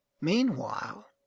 meanwhile